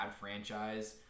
franchise